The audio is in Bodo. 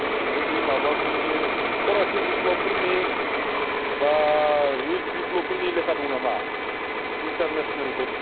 ओरैनो बै माबाफोरनि फरासि बिप्ल'पफोरनि बा रुस बिप्ल'पफोरनि लेखा दं नामा इन्टारनेसनेलफोर